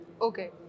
Okay